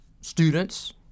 students